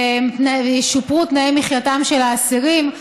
ישופרו תנאי מחייתם של האסירים,